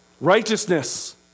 Righteousness